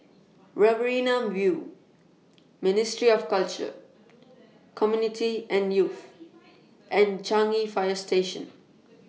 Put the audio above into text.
Riverina View Ministry of Culture Community and Youth and Changi Fire Station